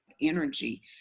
energy